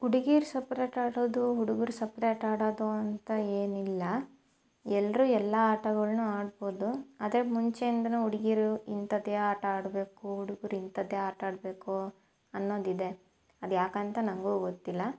ಹುಡ್ಗೀರು ಸಪ್ರೇಟ್ ಆಡೋದು ಹುಡುಗರು ಸಪ್ರೇಟ್ ಆಡೋದು ಅಂತ ಏನಿಲ್ಲ ಎಲ್ಲರೂ ಎಲ್ಲ ಆಟಗಳನ್ನು ಆಡ್ಬೋದು ಆದರೆ ಮುಂಚೆಯಿಂದಲೂ ಹುಡುಗೀರು ಇಂಥದ್ದೇ ಆಟ ಆಡಬೇಕು ಹುಡುಗರು ಇಂಥದ್ದೇ ಆಟ ಆಡಬೇಕು ಅನ್ನೋದಿದೆ ಅದು ಯಾಕಂತ ನನಗೂ ಗೊತ್ತಿಲ್ಲ